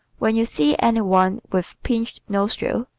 when you see any one with pinched nostrils,